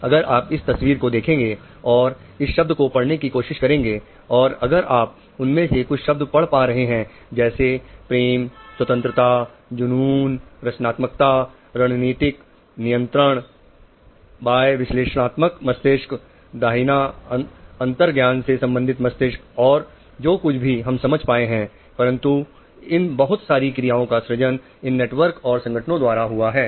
अगर आप इस तस्वीर को देखेंगे और इस शब्द को पढ़ने की कोशिश करेंगे और अगर आप उनमें से कुछ शब्द पढ़ पा रहे हैं जैसे प्रेम स्वतंत्रता जुनून रचनात्मकता रणनीतिक नियंत्रण बाय विश्लेषणात्मक मस्तिष्क दाहिना अंतर्ज्ञान से संबंधित मस्तिष्क और जो कुछ भी हम समझ पाए हैं परंतु इन बहुत सारी क्रियाओं का सृजन इन नेटवर्क और संगठनों द्वारा हुआ है